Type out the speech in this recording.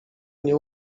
nie